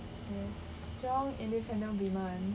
strong independent women